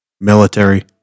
military